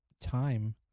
time